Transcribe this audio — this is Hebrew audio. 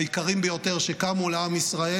היקרים ביותר שקמו לעם ישראל.